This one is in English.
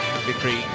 Victory